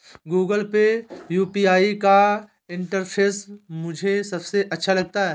Google Pay UPI का इंटरफेस मुझे सबसे अच्छा लगता है